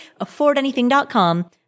affordanything.com